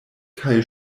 kaj